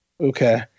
Okay